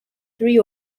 three